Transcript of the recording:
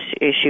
issue